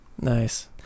Nice